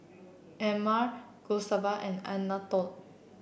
Emmer Gustave and Anatole